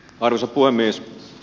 arvoisa puhemies